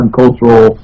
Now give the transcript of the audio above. cultural